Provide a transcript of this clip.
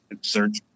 search